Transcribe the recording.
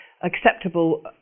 acceptable